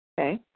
Okay